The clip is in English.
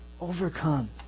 Overcome